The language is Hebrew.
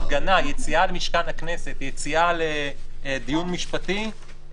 הפגנה, יציאה למשכן הכנסת, יציאה לדיון משפטי,